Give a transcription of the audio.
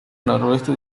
noroeste